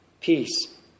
peace